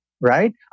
right